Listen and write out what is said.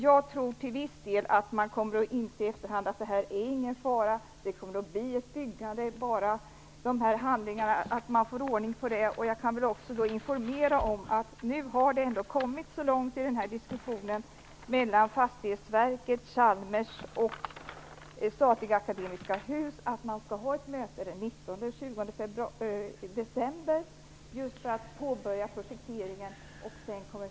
Jag tror att man efter hand kommer att inse att det inte är någon fara å färde. Det kommer att bli ett byggande bara man får ordning på handlingarna. Jag kan informera om att man nu har kommit så långt i diskussionerna mellan Fastighetsverket, Chalmers och Statliga Akademiska Hus att man skall ha ett möte den 19-20 december för att påbörja projekteringen.